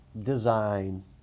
design